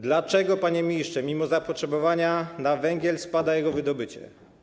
Dlaczego, panie ministrze, mimo zapotrzebowania na węgiel spada jego wydobycie?